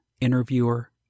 interviewer